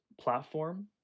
platform